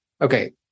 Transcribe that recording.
okay